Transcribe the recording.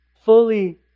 fully